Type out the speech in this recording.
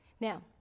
Now